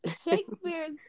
Shakespeare's